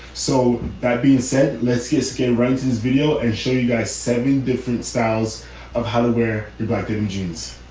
so that being said, let's get a skin rentals video and show you guys seven different styles of how they were divided in jeans.